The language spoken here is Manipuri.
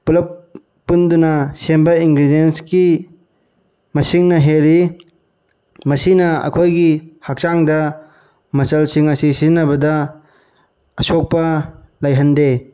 ꯄꯨꯂꯞ ꯄꯨꯟꯗꯨꯅ ꯁꯦꯝꯕ ꯏꯟꯒ꯭ꯔꯤꯗꯦꯟꯁꯀꯤ ꯃꯁꯤꯡꯅ ꯍꯦꯜꯂꯤ ꯃꯁꯤꯅ ꯑꯩꯈꯣꯏꯒꯤ ꯍꯛꯆꯥꯡꯗ ꯃꯆꯜꯁꯤꯡ ꯑꯁꯤ ꯁꯤꯖꯤꯟꯅꯕꯗ ꯑꯁꯣꯛꯄ ꯂꯩꯍꯟꯗꯦ